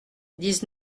dix